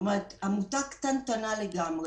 עמותה קטנטנה לגמרי.